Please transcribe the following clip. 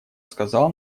сказал